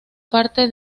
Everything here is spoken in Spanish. parte